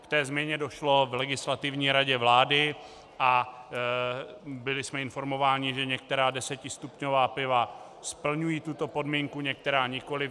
K té změně došlo v Legislativní radě vlády a byli jsme informováni, že některá 10stupňová piva splňují tuto podmínku, některá nikoliv.